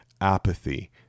apathy